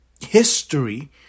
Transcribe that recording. history